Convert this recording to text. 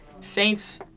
Saints –